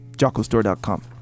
JockoStore.com